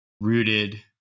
rooted